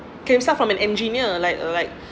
himself from an engineer like uh like